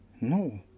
No